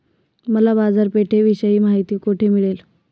मला बाजारपेठेविषयी माहिती कोठे मिळेल?